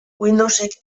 windowsek